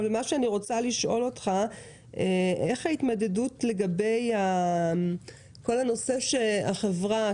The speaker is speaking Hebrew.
איך ההתמודדות לגבי כל הנושא שהחברה,